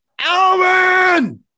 Alvin